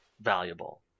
valuable